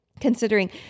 Considering